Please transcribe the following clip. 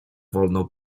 wolno